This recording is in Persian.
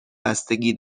بستگی